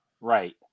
Right